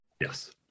Yes